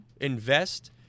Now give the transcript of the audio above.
invest